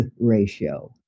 ratio